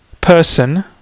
person